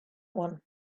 one